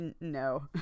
no